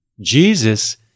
Jesus